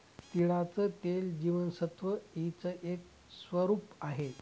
तिळाचं तेल जीवनसत्व ई च एक स्वरूप आहे